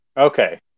Okay